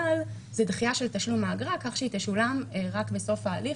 אבל זו דחייה של תשלום האגרה כך שהיא תשולם רק בסוף ההליך